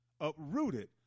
uprooted